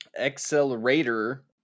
Accelerator